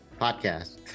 podcast